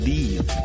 Leave